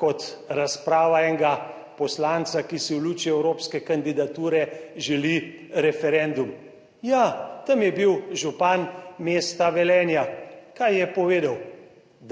kot razprava enega poslanca, ki si v luči evropske kandidature želi referendum. Ja, tam je bil župan mesta Velenja. Kaj je povedal?